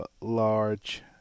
large